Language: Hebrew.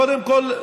קודם כול,